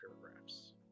paragraphs